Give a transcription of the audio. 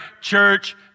church